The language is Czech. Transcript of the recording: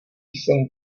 jsem